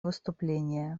выступление